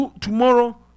tomorrow